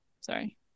sorry